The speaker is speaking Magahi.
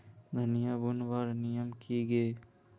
धनिया बूनवार नियम की गे?